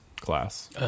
class